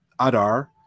Adar